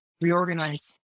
reorganize